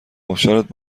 آبشارت